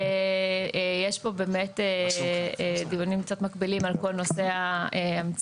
אכן יש כאן דיונים קצת מקבילים על כל נושא ההמצאות.